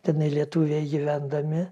tenai lietuviai gyvendami